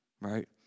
Right